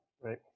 right